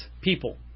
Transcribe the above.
people